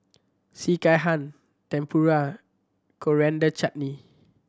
Sekihan Tempura Coriander Chutney